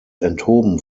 enthoben